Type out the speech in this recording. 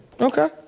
Okay